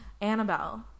Annabelle